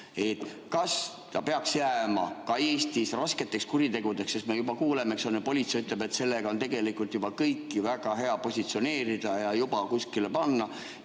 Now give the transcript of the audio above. Kas see peaks jääma ka Eestis raskete kuritegude jaoks? Me kuuleme, politsei ütleb, et sellega on tegelikult juba kõiki väga hea positsioneerida ja kuskile panna.